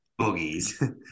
Boogies